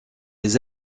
les